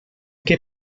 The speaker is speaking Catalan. què